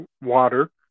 water